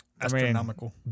astronomical